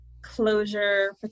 Closure